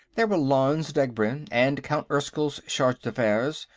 there were lanze degbrend, and count erskyll's charge-d'affaires,